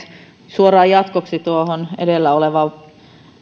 suoraan jatkoksi tuohon edellä olevaan